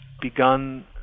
begun